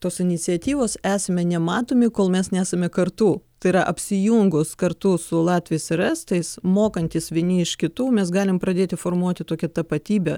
tos iniciatyvos esame nematomi kol mes nesame kartu tai yra apsijungus kartu su latviais ir estais mokantis vieni iš kitų mes galim pradėti formuoti tokią tapatybę